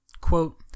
Quote